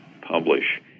publish